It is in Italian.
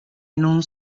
non